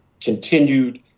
continued